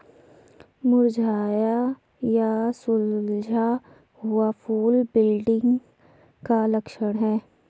मुरझाया या झुलसा हुआ फूल विल्टिंग का लक्षण है